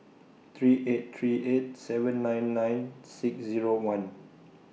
three eight three eight seven nine nine six Zero one